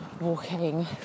walking